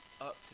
up